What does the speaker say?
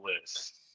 list